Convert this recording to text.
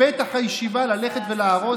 בפתח הישיבה ללכת ולהרוס?